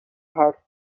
حرف